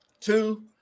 Two